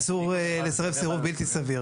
אסור לסרב סירוב בלתי סביר.